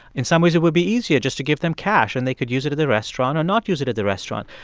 in some ways, it would be easier just to give them cash. and they could use it at the restaurant or not use it at the restaurant.